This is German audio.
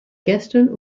gestern